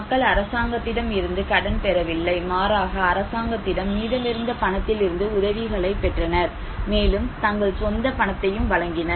மக்கள் அரசாங்கத்திடம் இருந்து கடன் பெறவில்லை மாறாக அரசாங்கத்திடம் மீதமிருந்த பணத்திலிருந்து உதவிகளைப் பெற்றனர் மேலும் தங்கள் சொந்த பணத்தையும் வழங்கினர்